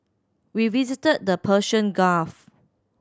we visited the Persian Gulf